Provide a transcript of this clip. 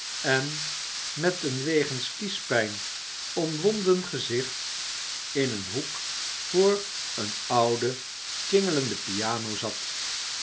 en met een wegens kiespijn omwonden gezicht in een hoek voor eene oude tjingelende piano zat